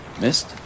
Missed